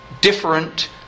different